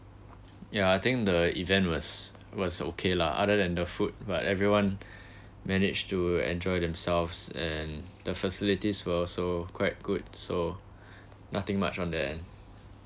yeah I think the event was was okay lah other than the food but everyone managed to enjoy themselves and the facilities were also quite good so nothing much on that end